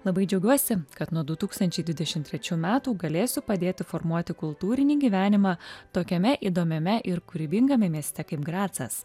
labai džiaugiuosi kad nuo du tūkstančiai dvidešimt trečių metų galėsiu padėti formuoti kultūrinį gyvenimą tokiame įdomiame ir kūrybingame mieste kaip gracas